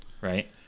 Right